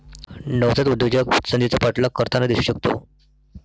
नवजात उद्योजक संधीचा पाठलाग करताना दिसू शकतो